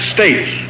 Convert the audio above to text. States